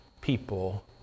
people